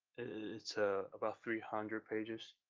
it's ah about three hundred pages,